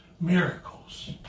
miracles